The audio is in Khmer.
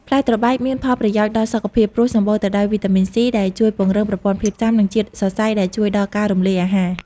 ផ្លែត្របែកមានផល់ប្រយោជន៍ដល់សុខភាព ព្រោះសម្បូរទៅដោយ វីតាមីន សុី ដែលជួយពង្រឹងប្រព័ន្ធភាពស៊ាំ និង ជាតិសរសៃ ដែលជួយដល់ការរំលាយអាហារ។